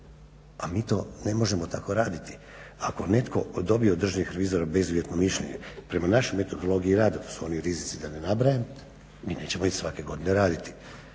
A mi to ne možemo tako raditi. Ako netko dobije od državnih revizora bezuvjetno mišljenje, prema našoj metodologiji rada to su oni rizici da ne nabrajam, mi nećemo ići svake godine raditi.